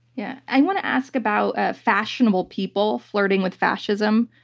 yeah, i want to ask about fashionable people flirting with fascism.